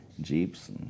jeeps